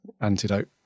antidote